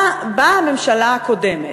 באה הממשלה הקודמת,